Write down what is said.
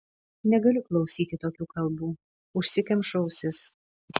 negaliu klausyti tokių kalbų užsikemšu ausis